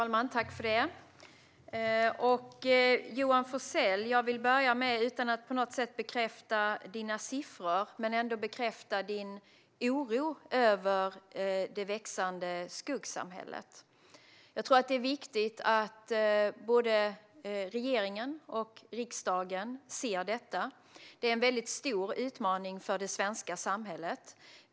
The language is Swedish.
Herr talman! Utan att på något sätt bekräfta dina siffror, Johan Forssell, vill jag börja med att bekräfta din oro över det framväxande skuggsamhället. Jag tror att det är viktigt att både regeringen och riksdagen ser detta. Det är en väldigt stor utmaning för det svenska samhället.